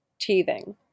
Teething